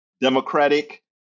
Democratic